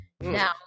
Now